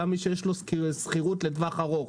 גם מי שיש לו שכירות לטווח ארוך.